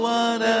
one